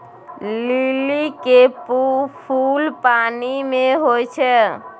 लिली के फुल पानि मे होई छै